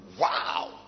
Wow